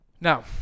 Now